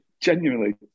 genuinely